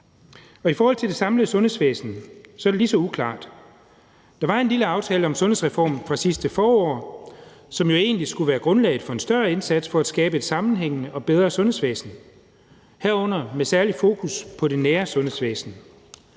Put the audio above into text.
I forhold til det samlede sundhedsvæsen er det lige så uklart. Der var en lille aftale om en sundhedsreform fra sidste forår, som jo egentlig skulle være grundlaget for en større indsats for at skabe et sammenhængende og bedre sundhedsvæsen, herunder med særlig fokus på det nære sundhedsvæsen.